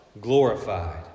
glorified